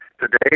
Today